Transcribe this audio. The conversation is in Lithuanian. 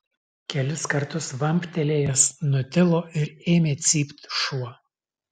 kelis kartus vamptelėjęs nutilo ir ėmė cypt šuo